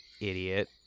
Idiot